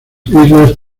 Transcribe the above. islas